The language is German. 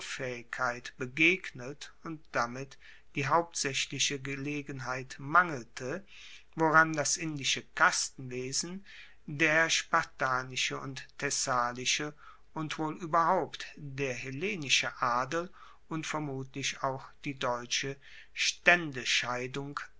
kulturfaehigkeit begegnet und damit die hauptsaechliche gelegenheit mangelte woran das indische kastenwesen der spartanische und thessalische und wohl ueberhaupt der hellenische adel und vermutlich auch die deutsche